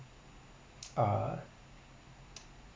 uh